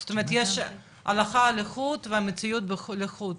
זאת אומרת יש הלכה לחוד והמציאות לחוד,